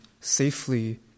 safely